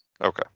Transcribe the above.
Okay